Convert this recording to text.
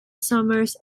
summers